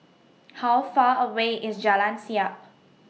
How Far away IS Jalan Siap